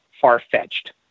far-fetched